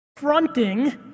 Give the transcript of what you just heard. Fronting